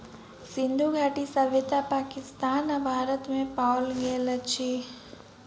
सिंधु घाटी सभ्यता पाकिस्तान आ भारत में पाओल गेल अछि